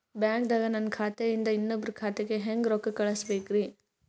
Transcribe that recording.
ಬ್ಯಾಂಕ್ದಾಗ ನನ್ ಖಾತೆ ಇಂದ ಇನ್ನೊಬ್ರ ಖಾತೆಗೆ ಹೆಂಗ್ ರೊಕ್ಕ ಕಳಸಬೇಕ್ರಿ?